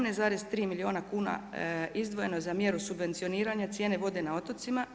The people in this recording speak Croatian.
17,3 milijuna kuna izdvojeno je za mjeru subvencioniranje cijene vode na otocima.